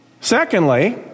Secondly